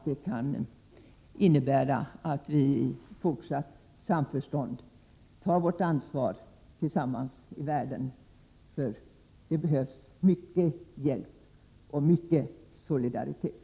Det kan innebära att vi i fortsatt samförstånd tar vårt ansvar tillsammans i världen. Det behövs mycket hjälp och mycket solidaritet.